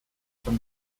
from